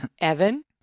Evan